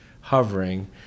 hovering